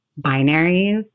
binaries